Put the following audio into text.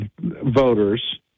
voters